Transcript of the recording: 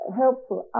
helpful